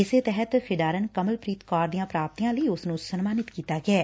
ਇਸੇ ਤਹਿਤ ਖਿਡਾਰਨ ਕਮਲਪ੍ਰੀਤ ਕੌਰ ਦੀਆਂ ਪ੍ਰਾਪਤੀਆਂ ਲਈ ਉਸ ਨੰ ਸਨਮਾਨਿਤ ਕੀਤਾ ਗਿਐ